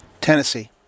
Tennessee